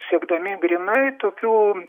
siekdami grynai tokių